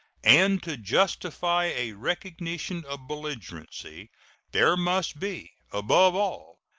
and to justify a recognition of belligerency there must be, above all,